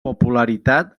popularitat